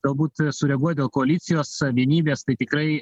galbūt sureaguot dėl koalicijos vienybės tai tikrai